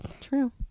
true